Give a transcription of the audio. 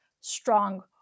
strong